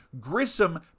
Grissom